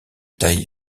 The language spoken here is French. taille